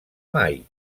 mai